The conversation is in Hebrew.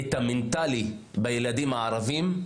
את המנטליות של הילדים הערביים,